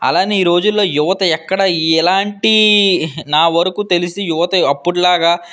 అలానే ఈ రోజుల్లో యువత ఎక్కడ ఎలాంటి నా వరకు తెలిసి యువత అప్పుడు లాగా